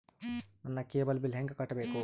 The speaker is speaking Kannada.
ನನ್ನ ಕೇಬಲ್ ಬಿಲ್ ಹೆಂಗ ಕಟ್ಟಬೇಕು?